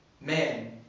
man